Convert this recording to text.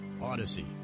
odyssey